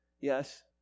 yes